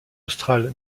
australe